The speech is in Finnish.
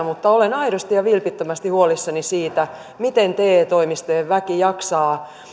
mutta olen aidosti ja vilpittömästi huolissani siitä miten te toimistojen väki jaksaa